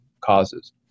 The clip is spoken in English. causes